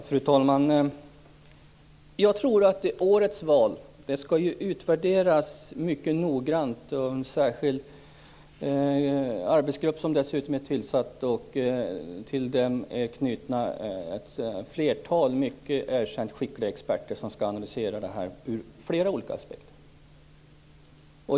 Fru talman! Årets val skall utvärderas väldigt noga. En arbetsgrupp är tillsatt och till denna är ett flertal erkänt skickliga experter knutna som skall analysera det här från flera olika aspekter.